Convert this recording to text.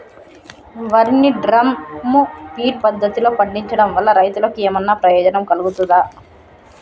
వరి ని drum feed పద్ధతిలో పండించడం వల్ల రైతులకు ఏమన్నా ప్రయోజనం కలుగుతదా?